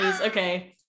okay